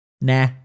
Nah